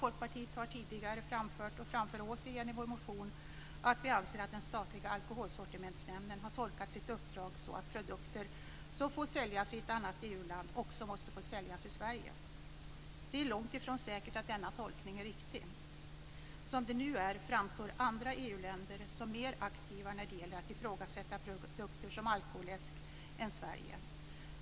Folkpartiet har tidigare framfört och framför återigen i vår motion att vi anser att den statliga alkoholsortimentsnämnden har tolkat sitt uppdrag så att produkter som får säljas i ett annat EU-land också måste få säljas i Sverige. Det är långt ifrån säkert att denna tolkning är riktig. Som det nu är framstår andra EU-länder som mer aktiva när det gäller att ifrågasätta produkter som alkoläsk än Sverige.